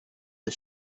the